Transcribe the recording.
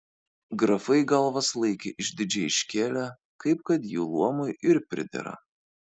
grafai galvas laikė išdidžiai iškėlę kaip kad jų luomui ir pridera